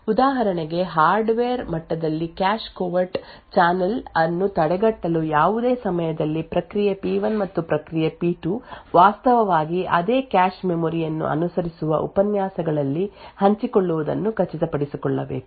ಉದಾಹರಣೆಗೆ ಹಾರ್ಡ್ವೇರ್ ಮಟ್ಟದಲ್ಲಿ cache covert channel ಅನ್ನು ತಡೆಗಟ್ಟಲು ಯಾವುದೇ ಸಮಯದಲ್ಲಿ ಪ್ರಕ್ರಿಯೆ ಪಿ1 ಮತ್ತು ಪ್ರಕ್ರಿಯೆ ಪಿ2 ವಾಸ್ತವವಾಗಿ ಅದೇ ಕ್ಯಾಶ್ ಮೆಮೊರಿ ಯನ್ನು ಅನುಸರಿಸುವ ಉಪನ್ಯಾಸಗಳಲ್ಲಿ ಹಂಚಿಕೊಳ್ಳುವುದನ್ನು ಖಚಿತಪಡಿಸಿಕೊಳ್ಳಬೇಕು